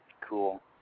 cool